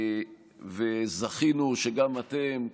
וזכינו שגם אתם,